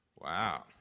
Wow